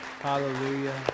Hallelujah